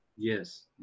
Yes